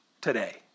today